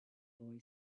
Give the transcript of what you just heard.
boy